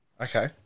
Okay